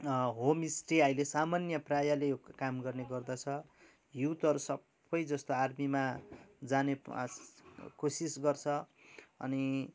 homestay अहिले सामान्य प्रायःले काम गर्ने गर्दछ युथहरू सबै जस्तो आर्मीमा जाने आश कोसिस गर्छ अनि